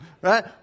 Right